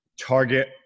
target